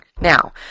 Now